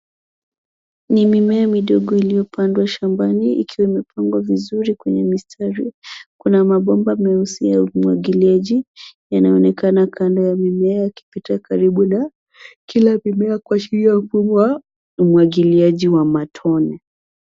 Ni mimea midogo iliopandwa shambani ikiwa imepangwa vizuri kwenye mistari, kuna mabomba meusi ya umwagiliaji, yanayoonekana kando ya mimea yakipita karibu na kila mimea kwa njia ya umwagiliaji wa matone.